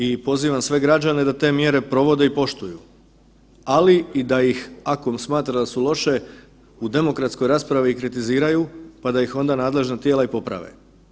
I pozivam sve građane da te mjere provode i poštuju, ali i da ih ako smatra da su loše u demokratskoj raspravi kritiziraju pa da ih onda nadležna tijela i poprave.